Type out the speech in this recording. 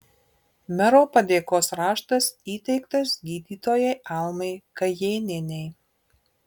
mero padėkos raštas įteiktas gydytojai almai kajėnienei